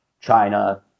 china